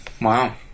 Wow